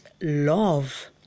love